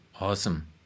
Awesome